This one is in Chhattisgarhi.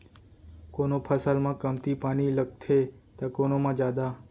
कोनो फसल म कमती पानी लगथे त कोनो म जादा